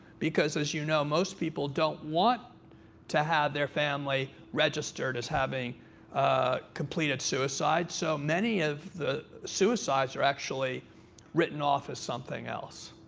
because, as you know, most people don't want to have their family registered as having completed suicide. so many of the suicides are actually written off as something else.